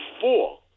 four